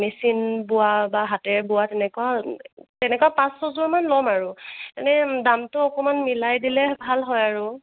machine বোৱা বা হাতেৰে বোৱা তেনেকুৱা তেনেকুৱা পাঁচ ছয়জোৰ মান ল'ম আৰু এনে দামটো অকণমান মিলাই দিলে ভাল হয় আৰু